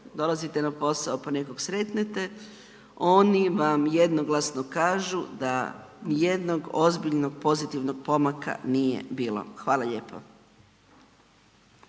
dolazite na posao, pa nekog sretnete, oni vam jednoglasno kažu da nijednog ozbiljnog pozitivnog pomaka nije bilo. Hvala lijepo.